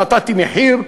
נתתי מחיר,